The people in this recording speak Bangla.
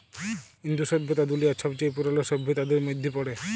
ইন্দু সইভ্যতা দুলিয়ার ছবচাঁয়ে পুরল সইভ্যতাদের মইধ্যে পড়ে